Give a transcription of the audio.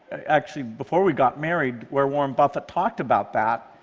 actually, before we got married, where warren buffett talked about that,